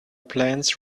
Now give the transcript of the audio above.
plans